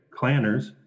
clanners